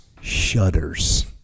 shudders